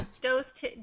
dose